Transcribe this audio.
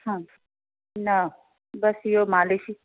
हा न बसि इहो मालिश